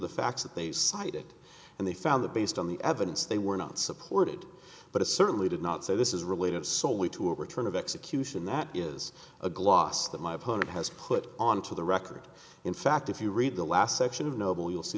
the facts that they cited and they found that based on the evidence they were not supported but it certainly did not say this is related so we to a return of execution that is a gloss that my opponent has put onto the record in fact if you read the last section of noble you'll see